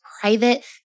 private